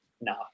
No